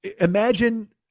imagine